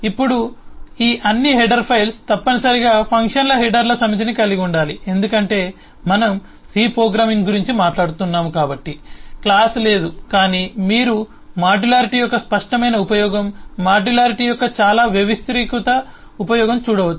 ఇప్పుడు ఈ అన్ని హెడర్ ఫైల్స్ తప్పనిసరిగా ఫంక్షన్ హెడర్ల సమితిని కలిగి ఉండాలి ఎందుకంటే మనం సి ప్రోగ్రామింగ్ గురించి మాట్లాడుతున్నాము కాబట్టి క్లాస్ లేదు కానీ మీరు మాడ్యులారిటీ యొక్క స్పష్టమైన ఉపయోగం మాడ్యులారిటీ యొక్క చాలా వ్యవస్థీకృత ఉపయోగం చూడవచ్చు